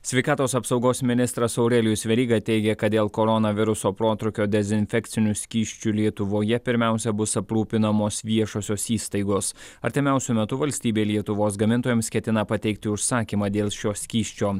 sveikatos apsaugos ministras aurelijus veryga teigė kad dėl koronaviruso protrūkio dezinfekciniu skysčiu lietuvoje pirmiausia bus aprūpinamos viešosios įstaigos artimiausiu metu valstybė lietuvos gamintojams ketina pateikti užsakymą dėl šio skysčio